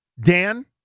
Dan